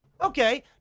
Okay